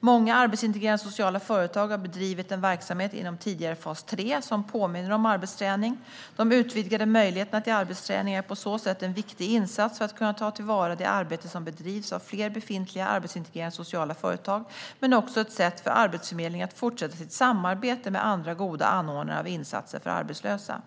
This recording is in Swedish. Många arbetsintegrerande sociala företag har bedrivit en verksamhet inom tidigare fas 3 som påminner om arbetsträning. De utvidgade möjligheterna till arbetsträning är på så sätt en viktig insats för att kunna tillvarata det arbete som bedrivs av fler befintliga arbetsintegrerande sociala företag men också ett sätt för Arbetsförmedlingen att fortsätta sitt samarbete med andra goda anordnare av insatser för arbetslösa.